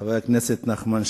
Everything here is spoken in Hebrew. חבר הכנסת נחמן שי.